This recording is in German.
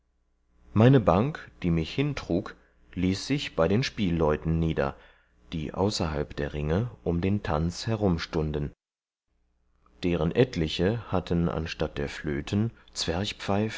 meine bank die mich hintrug ließ sich bei den spielleuten nieder die außerhalb der ringe um den tanz herum stunden deren etliche hatten anstatt der flöten